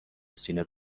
سینه